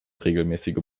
regelmäßige